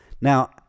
now